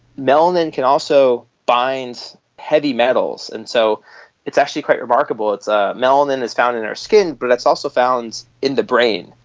melanin can also bind heavy metals, and so it's actually quite remarkable, ah melanin is found in our skin but it's also found in the brain.